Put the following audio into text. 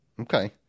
Okay